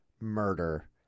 murder